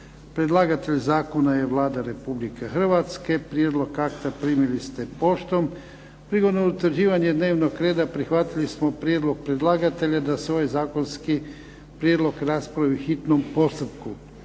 Predlagatelj zakona je Vlada Republike Hrvatske. Prijedlog akta primili ste poštom. Prigodom utvrđivanja dnevnog reda prihvatili smo prijedlog predlagatelja da se ovaj zakonski prijedlog raspravi u hitnom postupku.